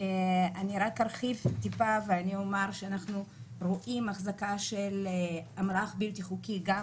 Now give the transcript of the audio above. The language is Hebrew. ארחיב קצת ואומר שאנחנו רואים החזקה של אמל"ח בלתי חוקי גם